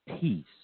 peace